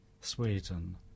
Sweden